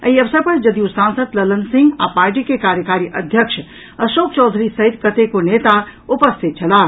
एहि अवसर पर जदयू सांसद ललन सिंह आ पार्टी के कार्यकारी अध्यक्ष अशोक चौधरी सहित कतेको नेता उपस्थित छलाह